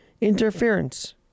interference